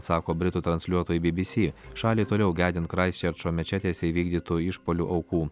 sako britų transliuotojui bbc šalį toliau gedint kraistčerčo mečetėse įvykdytų išpuolių aukų